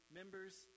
members